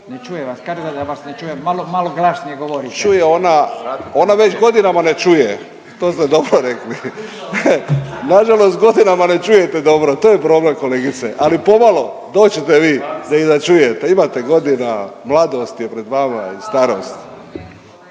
Ne čuje vas, kaže da vas ne čuje, malo, malo glasnije govorite./… Čuje ona, ona već godinama ne čuje, to ste dobro rekli. Nažalost godinama ne čujete dobro, to je problem kolegice. Ali pomalo, doć ćete vi da i da čujete, imate godina mladost je pred vama i starost.